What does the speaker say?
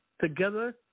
together